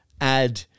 add